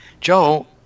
Joe